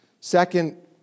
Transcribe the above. Second